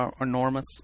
enormous